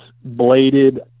bladed